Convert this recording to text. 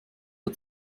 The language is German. der